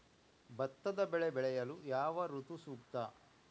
ಭತ್ತದ ಬೆಳೆ ಬೆಳೆಯಲು ಯಾವ ಋತು ಸೂಕ್ತ?